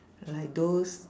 like those